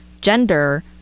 gender